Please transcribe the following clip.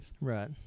Right